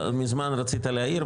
מזמן רצית להעיר,